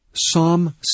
Psalm